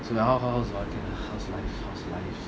so ya how how how's ah how's life how's life